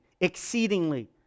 exceedingly